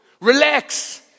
relax